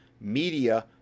media